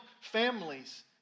families